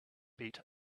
beat